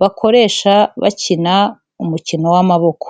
bakoresha bakina umukino w'amaboko.